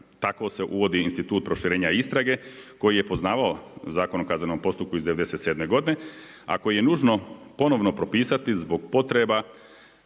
tako se uvodi institut proširenja istrage, koji je poznavao Zakon o kaznenom postupku iz 97' godine a koji je nužno ponovno propisati zbog potreba